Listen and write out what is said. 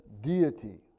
deity